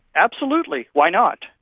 absolutely, why not?